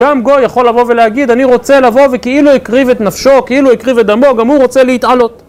גם גוי יכול לבוא ולהגיד אני רוצה לבוא וכאילו הקריב את נפשו, כאילו הקריב את דמו גם הוא רוצה להתעלות